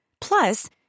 Plus